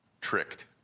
tricked